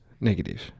Negative